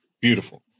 beautiful